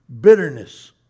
bitterness